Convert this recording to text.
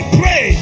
pray